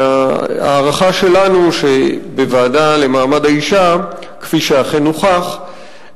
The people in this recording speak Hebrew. וההערכה שלנו שבוועדה למעמד האשה, כפי שאכן הוכח,